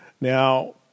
Now